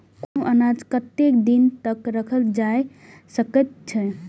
कुनू अनाज कतेक दिन तक रखल जाई सकऐत छै?